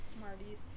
Smarties